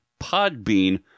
Podbean